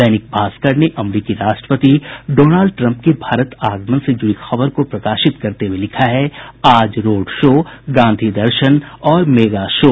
दैनिक भास्कर ने अमरिकी राष्ट्रपति डोनाल्ड ट्रंप के भारत आगमन से जुड़ी खबर को प्रकाशित करते हुये लिखा है आज रोड शो गांधी दर्शन और मेगा शो